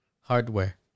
hardware